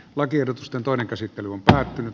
lakiehdotusten toinen käsittely on päättynyt